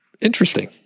interesting